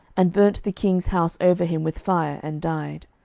and burnt the king's house over him with fire, and died.